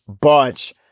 bunch